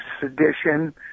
sedition